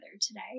today